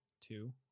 two